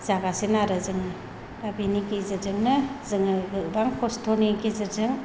जागासिनो आरो जों दा बेनि गेजेरजोंनो जोङो गोबां खस्थ'नि गेजेरजों